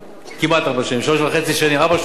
כמעט ארבע שנים, שלוש שנים וחצי, ארבע שנות תקציב